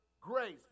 grace